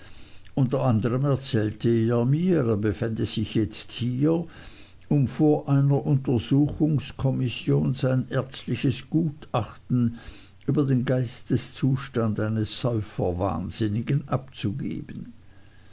unter anderm erzählte er mir er befände sich jetzt hier um vor einer untersuchungskommission sein ärztliches gutachten über den geisteszustand eines säuferwahnsinnigen abzugeben